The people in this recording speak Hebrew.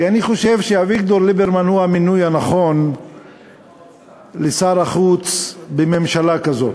כי אני חושב שאביגדור ליברמן הוא המינוי הנכון לשר החוץ בממשלה כזו.